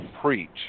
preach